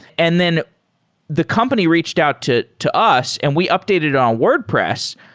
and then the company reached out to to us and we updated on wordpress.